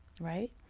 right